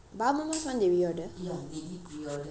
ba mama did we order